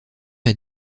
est